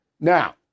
Now